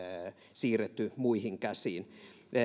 siirretty muihin käsiin